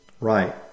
right